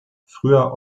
früher